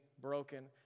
broken